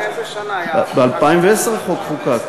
כן, באיזו שנה היה, ב-2010 החוק חוקק.